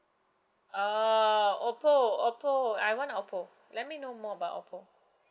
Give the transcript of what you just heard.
ah oppo oppo I want oppo let me know more about oppo